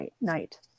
night